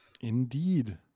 Indeed